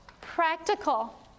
Practical